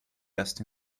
erst